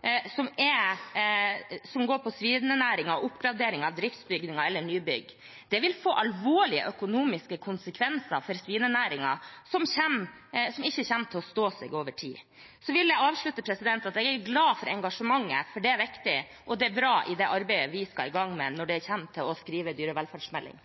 det som handler om svinenæringen og oppgraderinger av driftsbygninger eller nybygg. Det vil få alvorlige økonomiske konsekvenser for svinenæringen som ikke kommer til å stå seg over tid. Så vil jeg avslutte med å si at jeg er glad for engasjementet, for det er viktig, og det er bra i det arbeidet vi skal i gang med når det gjelder å skrive en dyrevelferdsmelding.